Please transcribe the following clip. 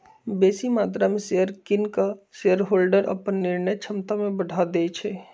बेशी मत्रा में शेयर किन कऽ शेरहोल्डर अप्पन निर्णय क्षमता में बढ़ा देइ छै